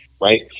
Right